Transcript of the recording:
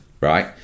right